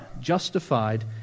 justified